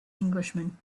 englishman